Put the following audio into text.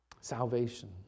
salvation